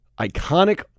iconic